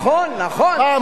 נכון, אין הגדרה.